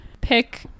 pick